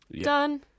done